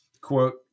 quote